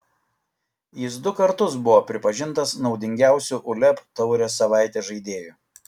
jis du kartus buvo pripažintas naudingiausiu uleb taurės savaitės žaidėju